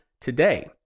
today